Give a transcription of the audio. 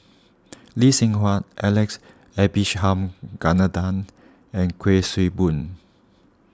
Lee Seng Huat Alex and Kuik Swee Boon